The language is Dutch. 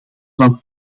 van